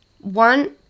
one